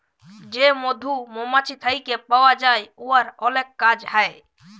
যে মধু মমাছি থ্যাইকে পাউয়া যায় উয়ার অলেক কাজ হ্যয়